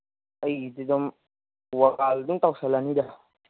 ꯑꯩꯒꯤꯗꯤ ꯑꯗꯨꯝ ꯑꯗꯨꯝ ꯇꯧꯁꯜꯂꯅꯤꯗ